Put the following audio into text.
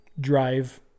drive